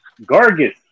Gargus